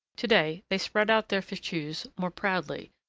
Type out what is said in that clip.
to-day, they spread out their fichus more proudly,